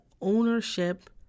ownership